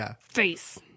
face